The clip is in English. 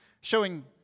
showing